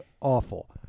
awful